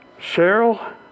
Cheryl